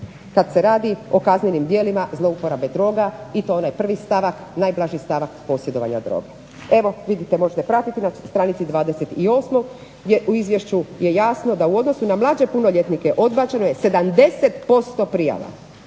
kada se radi o kaznenim djelima zlouporabe droga i to onaj prvi stavak najblaži stavak posjedovanja droge. Evo vidite možete pratiti na str. 28 je u izvješću je jasno da u odnosu na mlađe punoljetnike odbačene 70% prijava